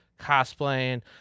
cosplaying